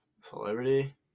celebrity